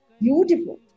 beautiful